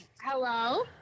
Hello